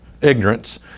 ignorance